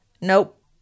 Nope